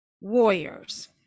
warriors